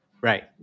Right